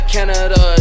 Canada